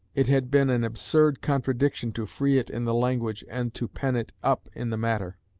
it had been an absurd contradiction to free it in the language and to pen it up in the matter.